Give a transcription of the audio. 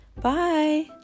Bye